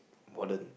modern